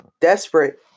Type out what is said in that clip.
Desperate